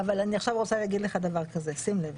אבל אני עכשיו רוצה להגיד לך דבר כזה, שים לב,